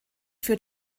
für